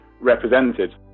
represented